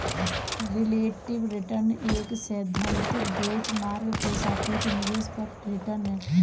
relative return एक सैद्धांतिक benchmark के सापेक्ष निवेश पर रिटर्न है